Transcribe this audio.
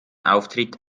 auftritt